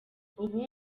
ubu